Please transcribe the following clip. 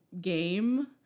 game